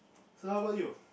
so how about you